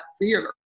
theater